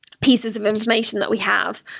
pieces of information that we have,